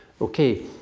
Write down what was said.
okay